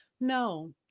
No